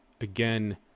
again